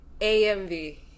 AMV